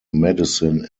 medicine